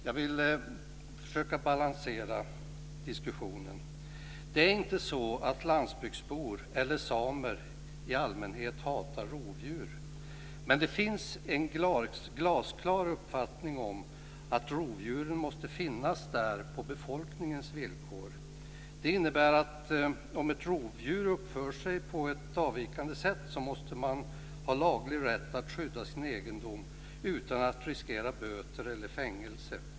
Jag vill försöka balansera diskussionen. Det är inte så att landsbygdsbor eller samer i allmänhet hatar rovdjur, men det finns en glasklar uppfattning om att rovdjuren måste finnas där på befolkningens villkor. Det innebär att om ett rovdjur uppför sig på ett avvikande sätt, måste det finnas en laglig rätt att skydda sin egendom utan att riskera böter eller fängelse.